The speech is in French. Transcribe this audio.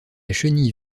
chenille